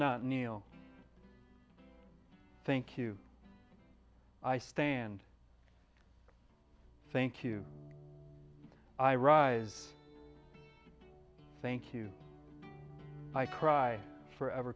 not kneel thank you i stand thank you i rise thank you i cry forever